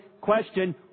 question